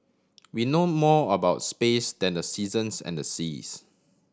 we know more about space than the seasons and the seas